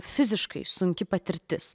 fiziškai sunki patirtis